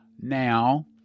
now